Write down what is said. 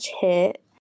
hit